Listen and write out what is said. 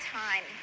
time